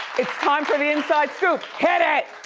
it's time for the inside scoop, hit it.